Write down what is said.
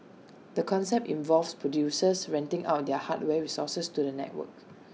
the concept involves producers renting out their hardware resources to the network